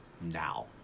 now